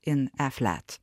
in e flat